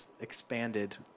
expanded